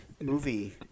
movie